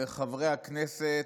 חברי הכנסת,